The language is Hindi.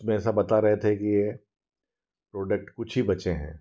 उसमें ऐसा बता रहे थे की यह प्रोडक्ट कुछ ही बचे हैं